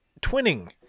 Twinning